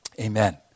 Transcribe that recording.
Amen